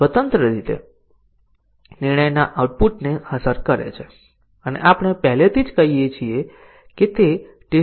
અને ખોટા મૂલ્યો અને અન્ય બધી કન્ડિશન ોના મૂલ્યો પણ